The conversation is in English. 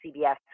CBS